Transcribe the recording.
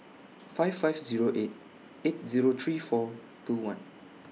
five five Zero eight eight Zero three four two one